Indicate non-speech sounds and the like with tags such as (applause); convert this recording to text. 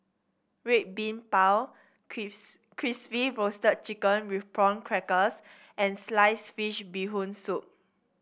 Red Bean Bao (unintelligible) Crispy Roasted Chicken with Prawn Crackers and slice fish Bee Hoon Soup